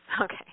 Okay